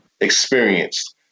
experienced